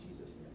Jesus